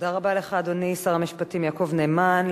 תודה רבה לך, אדוני שר המשפטים יעקב נאמן.